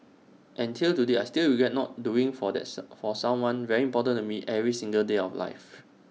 and till today I still regret not doing for this for someone very important to me every single day of life